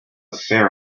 fair